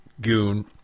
goon